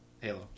Halo